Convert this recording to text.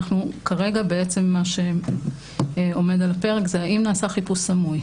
כרגע מה שעומד על הפרק זה האם נעשה חיפוש סמוי,